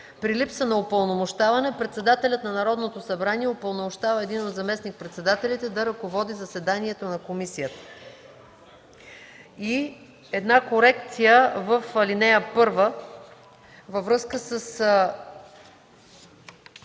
„При липса на упълномощаване председателят на Народното събрание упълномощава един от заместник-председателите да ръководи заседанието на комисията.” И една корекция в ал. 1 във връзка с